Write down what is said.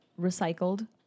recycled